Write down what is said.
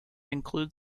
includes